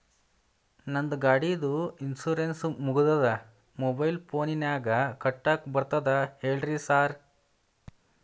ನಂದ್ ಗಾಡಿದು ಇನ್ಶೂರೆನ್ಸ್ ಮುಗಿದದ ಮೊಬೈಲ್ ಫೋನಿನಾಗ್ ಕಟ್ಟಾಕ್ ಬರ್ತದ ಹೇಳ್ರಿ ಸಾರ್?